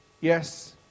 Yes